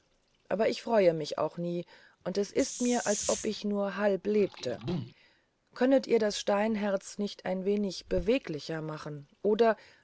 aber ich freue mich auch nie und es ist mir als wenn ich nur halb lebte könnet ihr das steinherz nicht ein wenig beweglicher machen oder